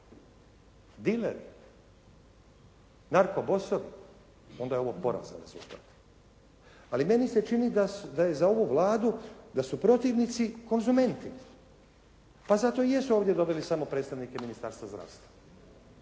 dileri, narkobosovi onda je ovo porazan rezultat. Ali meni se čini da je za ovu Vladu, da su protivnici konzumenti. Pa zato i jesu ovdje doveli samo predstavnike Ministarstva zdravstva.